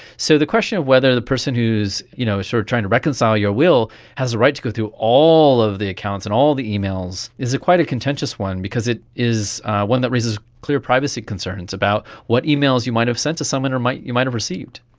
so the question of whether the person who is you know sort of trying to reconcile your will has a right to go through all of the accounts and all the emails is quite a contentious one because it's one that raises clear privacy concerns about what emails you might have sent to someone or you might have received.